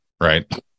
right